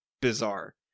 bizarre